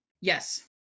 Yes